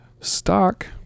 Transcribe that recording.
stock